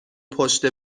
پشت